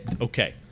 okay